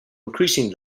increasing